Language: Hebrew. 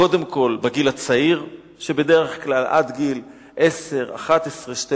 קודם כול בגיל הצעיר, בדרך כלל עד גיל 10, 11, 12,